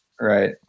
Right